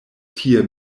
tie